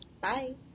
Bye